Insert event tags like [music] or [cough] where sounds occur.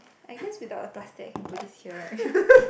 I guess without a plastic I can put this here right [laughs]